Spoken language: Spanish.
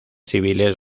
civiles